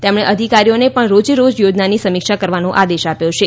તેમણે અધિકારીઓને પણ રોજે રોજ યોજનાની સમીક્ષા કરવાનો આદેશ આપ્યો છે